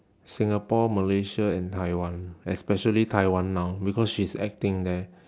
singapore malaysia and taiwan especially taiwan now because she's acting there